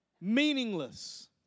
meaningless